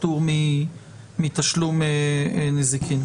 פטור מתשלום נזיקין.